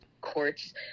courts